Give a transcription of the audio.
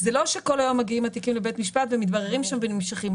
זה לא שכל היום מגיעים התיקים לבית משפט ומתבררים שם ונמשכים,